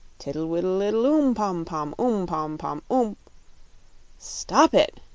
tiddle-widdle-iddle, oom pom-pom, oom pom-pom, oom stop it!